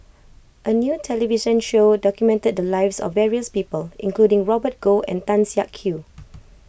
a new television show documented the lives of various people including Robert Goh and Tan Siak Kew